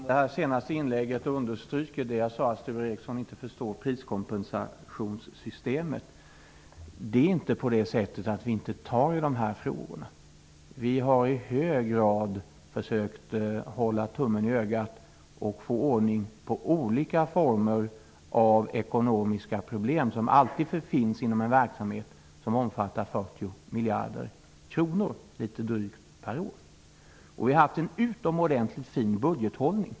Herr talman! Det senaste inlägget understryker det jag sade, att Sture Ericson inte förstår priskompensationssystemet. Det är inte så att vi inte tagit itu med frågorna. Vi har i hög grad försökt hålla tummen i ögat och få ordning på olika former av ekonomiska problem som alltid finns inom en verksamhet som omfattar 40 miljarder kronor per år. Vi har haft en utomordentligt fin budgethållning.